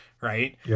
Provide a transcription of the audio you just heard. right